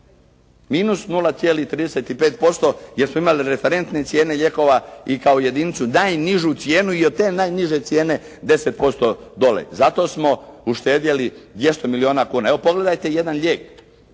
ovim -0,35% jer smo imali referentne cijene lijekova i kao jedinicu, najnižu cijenu i od te najniže cijene 10% dole. Zato smo uštedjeli 200 milijuna kuna. Evo pogledajte jedan lijek